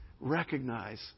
recognize